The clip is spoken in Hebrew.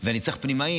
ואני צריך פנימאים,